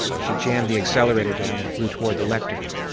she jammed the accelerator down and flew toward the lector,